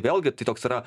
vėlgi tai toks yra